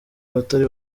abatari